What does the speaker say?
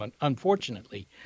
Unfortunately